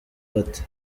bate